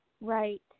Right